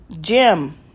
Jim